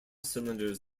cylinders